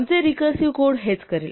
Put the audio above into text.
आमचे recursive code हेच करेल